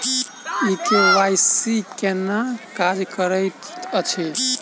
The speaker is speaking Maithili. ई के.वाई.सी केना काज करैत अछि?